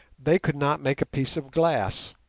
they could not make a piece of glass,